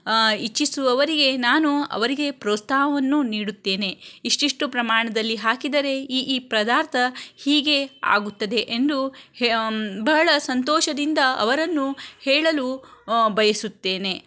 ಇಚ್ಛಿಸುವವರಿಗೆ ನಾನು ಅವರಿಗೆ ಪ್ರೋತ್ಸಾಹವನ್ನು ನೀಡುತ್ತೇನೆ ಇಷ್ಟಿಷ್ಟು ಪ್ರಮಾಣದಲ್ಲಿ ಹಾಕಿದರೆ ಈ ಈ ಪದಾರ್ಥ ಹೀಗೆ ಆಗುತ್ತದೆ ಎಂದು ಬಹಳ ಸಂತೋಷದಿಂದ ಅವರನ್ನು ಹೇಳಲು ಬಯಸುತ್ತೇನೆ